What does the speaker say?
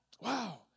Wow